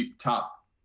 top